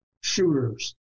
shooters